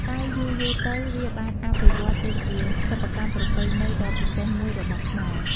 តែយូរៗទៅ វាបានអភិវឌ្ឍទៅជាសិប្បកម្មប្រពៃណីដ៏ពិសេសមួយរបស់ខ្មែរ។